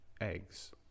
eggs